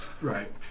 Right